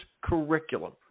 curriculum